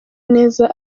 neza